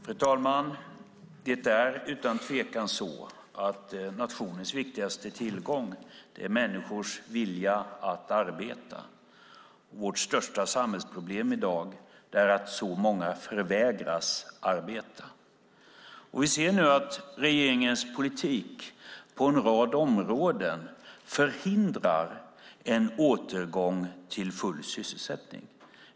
Fru talman! Det är utan tvekan så att nationens viktigaste tillgång är människors vilja att arbeta. Vårt största samhällsproblem i dag är att så många förvägras arbete. Vi ser att regeringens politik på en rad områden förhindrar en återgång till full sysselsättning.